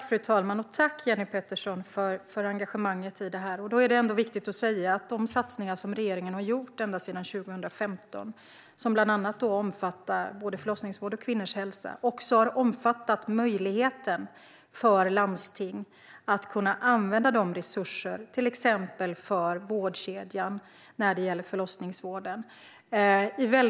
Fru talman! Tack, Jenny Petersson, för engagemanget i frågan! De satsningar som regeringen har gjort ända sedan 2015, som bland annat omfattar både förlossningsvård och kvinnors hälsa, har också omfattat möjligheten för landsting att använda resurserna för till exempel vårdkedjan när det gäller förlossningsvården.